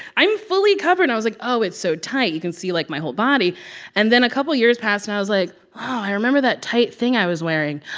i'm fully covered. and i was like, oh, it's so tight you can see, like, my whole body and then a couple years passed, and i was like, oh, i remember that tight thing i was wearing.